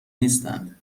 نیستند